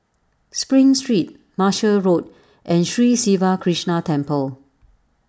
Spring Street Martia Road and Sri Siva Krishna Temple